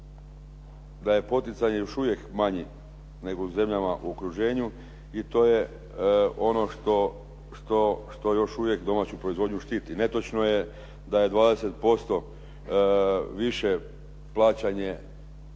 da je poticaj još uvijek manji nego u zemljama u okruženju i to je ono što još uvijek domaću proizvodnju štiti. Netočno je da je 20% više plaćanje